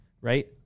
right